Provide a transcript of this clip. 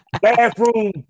Bathroom